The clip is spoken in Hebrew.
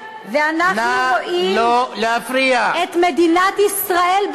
ואנחנו רואים את מדינת ישראל,